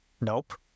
Nope